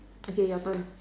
okay your turn